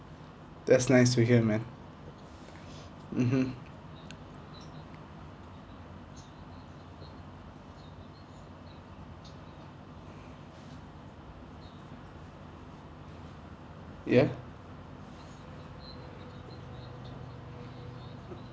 that's nice to hear man mmhmm ya